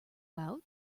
out